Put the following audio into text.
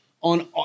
on